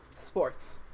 Sports